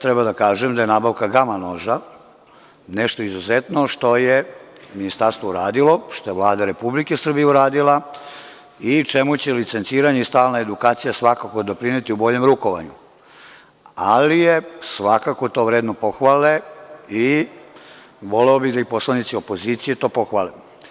Treba da kažem da je nabavka „gama noža“, nešto izuzetno što je Ministarstvo uradilo, što je Vlada Republike Srbije uradila i čemu će licenciranje i stalna edukacija svakako doprineti o boljem rukovanju, ali je svakako to vredno pohvale i voleo bih da i poslanici opozicije to pohvale.